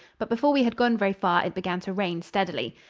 but before we had gone very far it began to rain steadily.